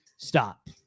stop